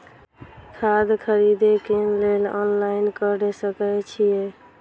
खाद खरीदे केँ लेल ऑनलाइन कऽ सकय छीयै?